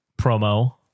promo